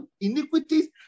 iniquities